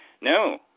No